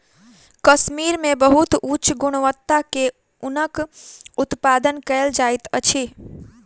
कश्मीर मे बहुत उच्च गुणवत्ता के ऊनक उत्पादन कयल जाइत अछि